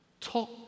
Talk